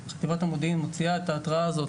חטיבת המודיעין מוציאה את ההתרעה הזאת